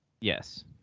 Yes